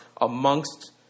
amongst